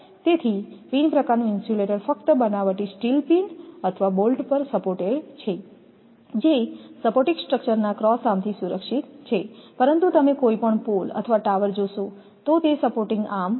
તેથી પિન પ્રકારનું ઇન્સ્યુલેટર ફક્ત બનાવટી સ્ટીલ પિન અથવા બોલ્ટ પર સપોર્ટેડ છે જે સપોર્ટિંગ સ્ટ્રક્ચર્સના ક્રોસ આર્મથી સુરક્ષિત છે પરંતુ તમે કોઈપણ પોલ અથવા ટાવર જોશો તો તે સપોર્ટિંગ આર્મ છે